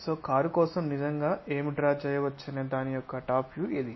so car కోసం నిజంగా ఏమి డ్రా చేయవచ్చనే దాని యొక్క టాప్ వ్యూ ఇది